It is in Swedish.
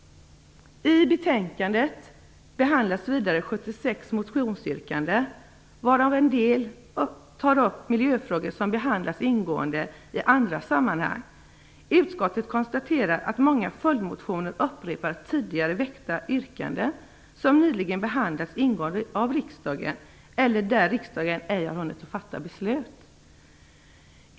I betänkandet behandlas 76 motionsyrkanden, varav en del tar upp miljöfrågor som behandlas ingående i andra sammanhang. Utskottet konstaterar att det i många följdmotioner upprepas tidigare väckta yrkanden som nyligen behandlats ingående av riskdagen eller där riksdagen ej hunnit fatta beslut.